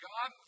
God